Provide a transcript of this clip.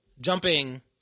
Jumping